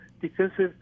defensive –